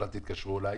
אל תתקשרו אליי,